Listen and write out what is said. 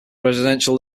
residential